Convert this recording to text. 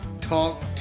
Talk